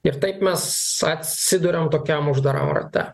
ir taip mes atsiduriam tokiam uždaram rate